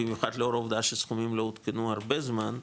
במיוחד לאור העובדה שסכומים לא עודכנו הרבה זמן,